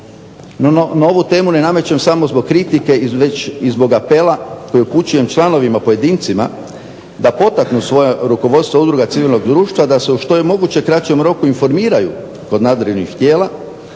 No ovu temu ne namećem samo zbog kritike već i zbog apela koji upućujem članovima, pojedincima da potaknu svoja rukovodstva udruga civilnog društva da se u što je moguće kraćem roku informiraju kod nadležnih tijela